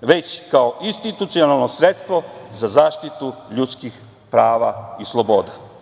već kao institucionalno sredstvo za zaštitu ljudskih prava i sloboda. Da